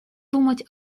думать